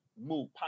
move